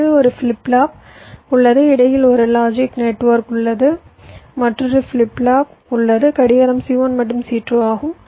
எனவே ஒரு flip flop உள்ளது இடையில் ஒரு லாஜிக் நெட்வொர்க் உள்ளது மற்றொரு ஃபிளிப் ஃப்ளாப் உள்ளது கடிகாரம் C1 மற்றும் C2 ஆகும்